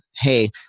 hey